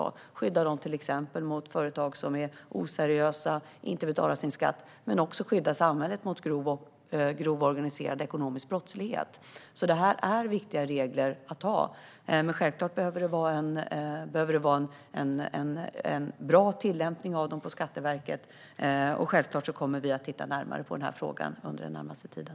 Det skyddar dem till exempel mot företag som är oseriösa och inte betalar sin skatt, men det skyddar också samhället mot grov, organiserad, ekonomisk brottslighet. Det här är viktiga regler att ha, men självklart behövs en bra tillämpning av dem på Skatteverket. Självklart kommer vi att titta närmare på frågan under den närmaste tiden.